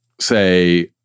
say